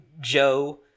joe